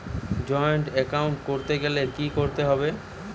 Joint account করতে গেলে কি করতে হবে?